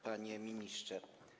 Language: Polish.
Panie Ministrze!